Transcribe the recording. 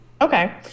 Okay